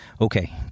Okay